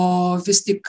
o vis tik